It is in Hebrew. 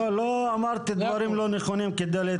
לא, לא אמרתי דברים לא נכונים כדי להתנצל.